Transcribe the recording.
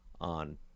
on